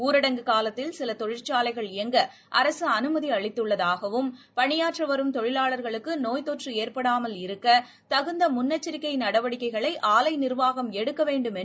ஊரடங்கு காலத்தில் சில தொழிற்சாலைகள் இயங்க அரசு அனுமதி அளித்துள்ளதாகவும் பணியாற்ற வரும் தொழிலாளா்களுக்கு நோய்த்தொற்று ஏற்படாமல் இருக்க தகுந்த முன்னெச்சிக்கை நடவடிக்கைகளை ஆலை நிர்வாகம் எடுக்க வேண்டும் என்றும் அவர் கேட்டுக் கொண்டார்